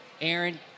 Aaron